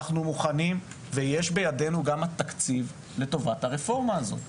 אנחנו מוכנים ויש בידינו תקציב לטובת הרפורמה הזאת.